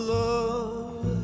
love